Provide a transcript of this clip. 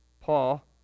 Paul